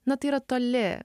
na tai yra toli